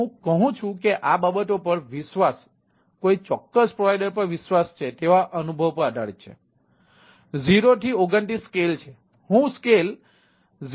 હું કહું છું કે આ બાબતો પર વિશ્વાસ કોઈ ચોક્કસ પ્રોવાઇડર પર વિશ્વાસ છે તેવા અનુભવ પર આધારિત છે 0 29 સ્કેલ છે હું સ્કેલ 0